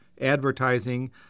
advertising